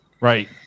right